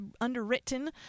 underwritten